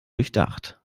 durchdacht